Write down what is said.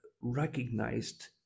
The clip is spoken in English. recognized